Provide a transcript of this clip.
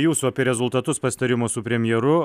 jūsų apie rezultatus pasitarimo su premjeru